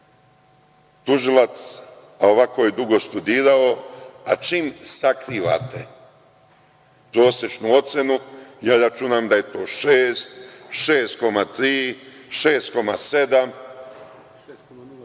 tužilac, a i ovako je dugo studirao, a čim sakrivate prosečnu ocenu, ja računam da je to 6, 6,3, 6,7,